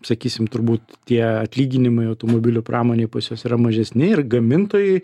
sakysim turbūt tie atlyginimai automobilių pramonėj pas juos yra mažesni ir gamintojai